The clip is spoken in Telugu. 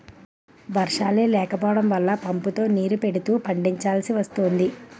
వర్షాలే లేకపోడం వల్ల పంపుతో నీరు పడుతూ పండిచాల్సి వస్తోంది